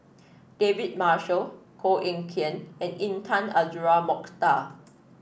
David Marshall Koh Eng Kian and Intan Azura Mokhtar